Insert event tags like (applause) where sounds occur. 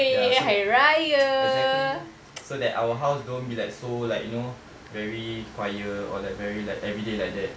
ya so like (noise) exactly so that our house don't be like so like you know very quiet or like very like everyday like that